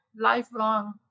lifelong